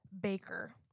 Baker